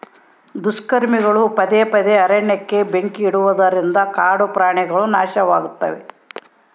ದುಷ್ಕರ್ಮಿಗಳು ಪದೇ ಪದೇ ಅರಣ್ಯಕ್ಕೆ ಬೆಂಕಿ ಇಡುವುದರಿಂದ ಕಾಡು ಕಾಡುಪ್ರಾಣಿಗುಳು ನಾಶವಾಗ್ತಿವೆ